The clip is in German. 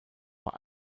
bei